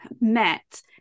met